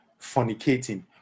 fornicating